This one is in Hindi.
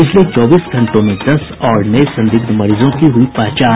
पिछले चौबीस घंटों में दस और नये संदिग्ध मरीजों की हुई पहचान